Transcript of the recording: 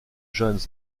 johannes